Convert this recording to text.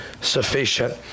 sufficient